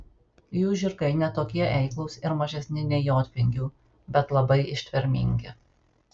jų žirgai ne tokie eiklūs ir mažesni nei jotvingių bet labai ištvermingi